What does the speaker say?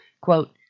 Quote